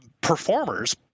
performers